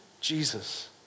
Jesus